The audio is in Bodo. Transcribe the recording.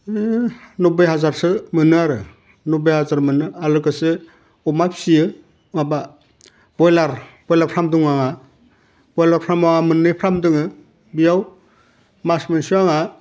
ओह नबबै हाजारसो मोनो आरो नबबै हाजार मोनो आर लोगोसे अमा फिसियो माबा बयलार बयलार फार्म दं आङा बयलार फार्मआ मोननै फार्म दोङो बेयाव माच मोनसेयाव आङा